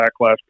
Backlash